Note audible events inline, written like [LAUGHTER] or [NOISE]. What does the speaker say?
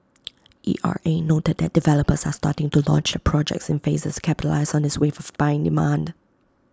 [NOISE] E R A noted that developers are starting to launch their projects in phases capitalise on this wave of buying demand